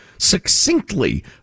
succinctly